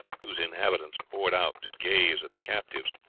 whose inhabitants poured out to gaze at the captives,